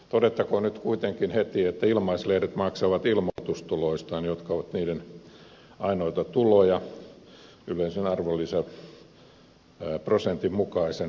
todettakoon nyt kuitenkin heti että ilmaislehdet maksavat ilmoitustuloistaan jotka ovat niiden ainoita tuloja yleisen arvonlisäveroprosentin mukaisen veron